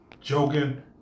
joking